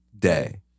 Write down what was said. day